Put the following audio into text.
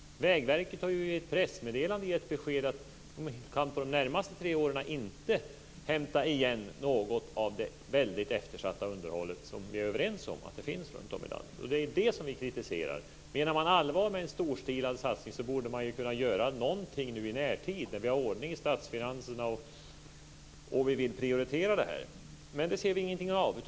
Vägverket har i ett pressmeddelande gett besked om att man under de närmaste tre åren inte kan hämta igen något av det eftersatta underhåll som vi är överens om finns runtom i landet. Det är alltså det som vi kritiserar. Om man menar allvar med en storstilad satsning så borde man kunna göra någonting nu i närtid, när vi har ordning i statsfinanserna och vill prioritera detta. Men vi ser ingenting av det.